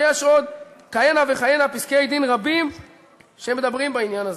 ויש עוד כהנה וכהנה פסקי-דין רבים שמדברים בעניין הזה.